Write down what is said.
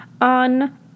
on